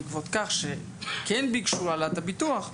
בעקבות כך שכן ביקשו העלאת הביטוח,